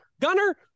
Gunner